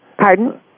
Pardon